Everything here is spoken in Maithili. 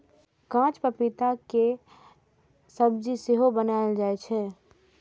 कांच पपीता के सब्जी सेहो बनाएल जाइ छै